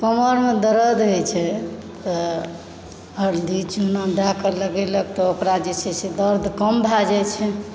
कमरमे दर्द होयत छै तऽ हरदि चूना दएकऽ लगेलक तऽ ओकरा जे छै से दर्द कम भए जाइत छै